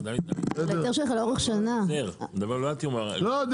לא יודע,